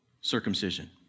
Circumcision